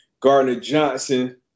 Gardner-Johnson